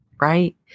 right